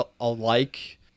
alike